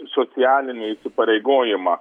socialinį įsipareigojimą